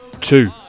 Two